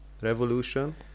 revolution